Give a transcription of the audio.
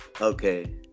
okay